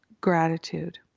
gratitude